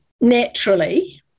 naturally